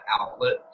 outlet